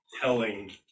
Telling